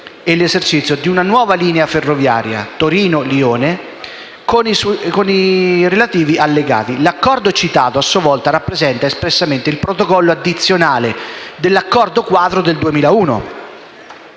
e l'esercizio di una nuova linea ferroviaria Torino-Lione, con i relativi Allegati. L'Accordo citato, a sua volta, rappresenta espressamente il «protocollo addizionale» dell'Accordo quadro del 2001.